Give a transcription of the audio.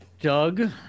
Doug